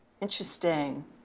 interesting